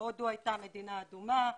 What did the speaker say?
הודו הייתה מדינה אדומה,